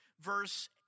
Verse